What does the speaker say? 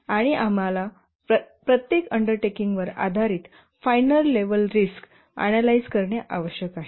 आणि आम्हाला प्रत्येक अंडरटेकिंग वर आधारित फायनर लेव्हल रिस्क आनलाईज करणे आवश्यक आहे